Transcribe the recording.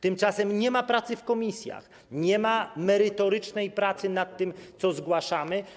Tymczasem nie ma pracy w komisjach, nie ma merytorycznej pracy nad tym, co zgłaszamy.